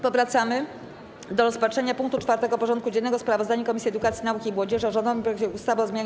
Powracamy do rozpatrzenia punktu 4. porządku dziennego: Sprawozdanie Komisji Edukacji, Nauki i Młodzieży o rządowym projekcie ustawy o zmianie